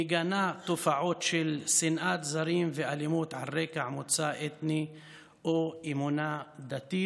מגנה תופעות של שנאת זרים ואלימות על רקע מוצא אתני או אמונה דתית,